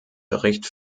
bericht